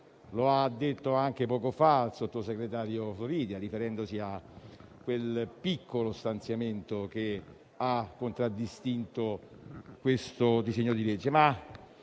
Lo ha detto poco fa anche il sottosegretario Floridia, riferendosi a quel piccolo stanziamento che ha contraddistinto il disegno di legge